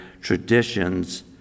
traditions